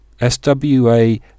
swa